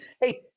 hey